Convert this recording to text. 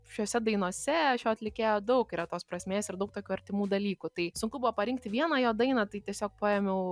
šiose dainose šio atlikėjo daug yra tos prasmės ir daug tokių artimų dalykų tai sunku buvo parinkti vieną jo dainą tai tiesiog paėmiau